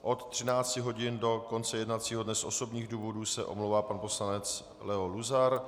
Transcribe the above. Od 13 hodin do konce jednacího dne z osobních důvodů se omlouvá pan poslanec Leo Luzar.